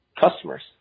customers